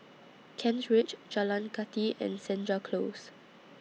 Kent Ridge Jalan Kathi and Senja Close